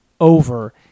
over